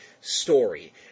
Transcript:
story